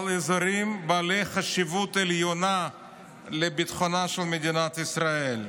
אבל אזורים בעלי חשיבות עליונה לביטחונה של מדינת ישראל.